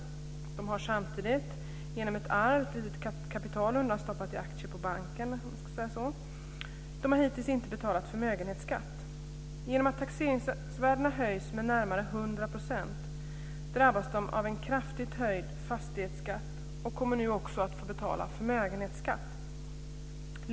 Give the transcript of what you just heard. De har samtidigt genom ett arv ett litet kapital undanstoppat i aktier på banken. De har hittills inte betalat förmögenhetsskatt. Genom att taxeringsvärdena höjs med närmare 100 % drabbas de av en kraftigt höjd fastighetsskatt och kommer nu också att få betala förmögenhetsskatt.